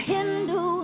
Hindu